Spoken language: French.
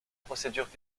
procédures